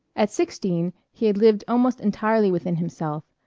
at sixteen he had lived almost entirely within himself,